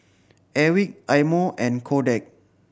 Airwick Eye Mo and Kodak